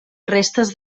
restes